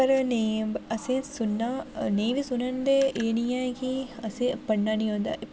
पर नेईं असें सुनना नेईं बी सुनन ते एह् निं ऐ कि असें पढ़ना निं होंदा